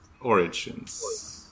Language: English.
origins